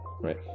Right